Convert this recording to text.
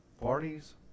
parties